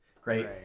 great